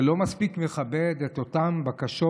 שלא מספיק מכבד את אותן בקשות.